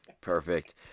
Perfect